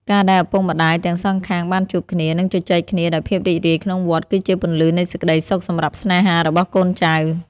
ការដែលឪពុកម្ដាយទាំងសងខាងបានជួបគ្នា និងជជែកគ្នាដោយភាពរីករាយក្នុងវត្ត គឺជាពន្លឺនៃសេចក្ដីសុខសម្រាប់ស្នេហារបស់កូនចៅ។